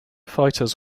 fighters